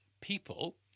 people